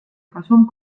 kasum